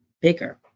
bigger